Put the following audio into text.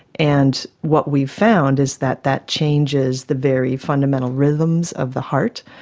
and what we found is that that changes the very fundamental rhythms of the heart,